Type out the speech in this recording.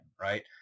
right